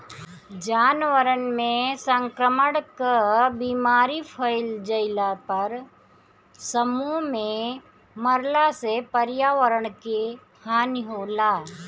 जानवरन में संक्रमण कअ बीमारी फइल जईला पर समूह में मरला से पर्यावरण के हानि होला